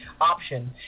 option